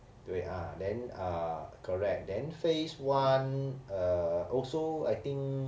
对啊 then ah correct then phase one uh also I think